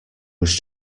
was